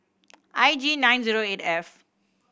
I G nine zero eight F